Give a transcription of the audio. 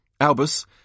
Albus